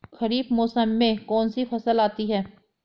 खरीफ मौसम में कौनसी फसल आती हैं?